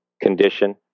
condition